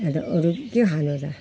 अन्त अरू के खानु र